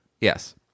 Yes